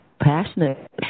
passionate